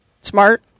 Smart